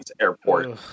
airport